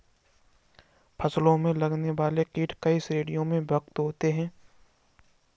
फसलों में लगने वाले कीट कई श्रेणियों में विभक्त होते हैं